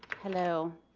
hello.